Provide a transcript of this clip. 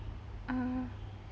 uh